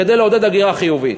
כדי לעודד הגירה חיובית.